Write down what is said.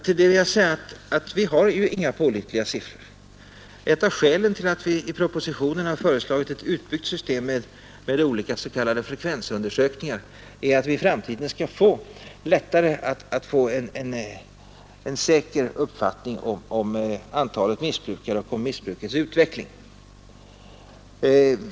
Till det vill jag säga att vi har inga pålitliga siffror. Ett av skälen till att vi i propositionen har föreslagit ett utbyggt system med olika s.k. frekvensundersökningar är att vi i framtiden lättare skall få en säker uppfattning om antalet missbrukare och om missbrukets utveckling.